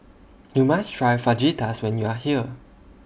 YOU must Try Fajitas when YOU Are here